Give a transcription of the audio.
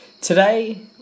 Today